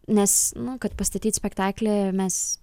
nes nu kad pastatyt spektaklį mes